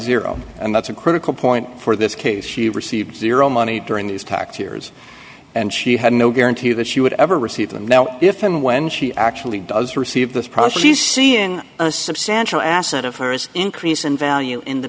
zero and that's a critical point for this case she received zero money during these tax years and she had no guarantee that she would ever receive them now if and when she actually does receive this process she's seeing a substantial asset of hers increase in value in the